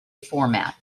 format